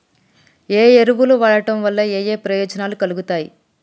ఏ ఎరువులు వాడటం వల్ల ఏయే ప్రయోజనాలు కలుగుతయి?